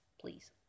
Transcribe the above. please